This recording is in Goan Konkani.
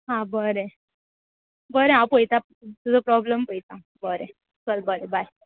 हा बरें बरें हांव पळयतां तुजो प्रॉब्लम पळयतां बरें चल बरें बाय